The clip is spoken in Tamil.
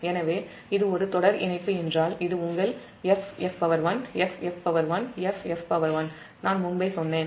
எனவே இது ஒரு தொடர் இணைப்பு என்றால் இது உங்கள் F F1F F1F F1 நான் முன்பே சொன்னேன்